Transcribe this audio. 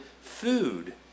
food